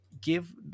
give